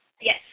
Yes